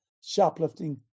shoplifting